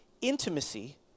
intimacy